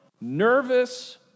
nervous